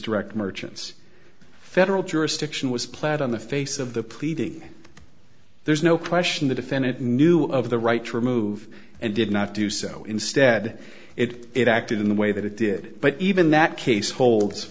direct merchant's federal jurisdiction was plaid on the face of the pleading there's no question the defendant knew of the right to remove and did not do so instead it acted in the way that it did but even that case holds